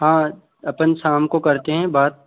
हाँ अपन शाम को करते हैं बात